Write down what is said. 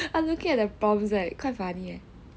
I'm looking at the prom site quite funn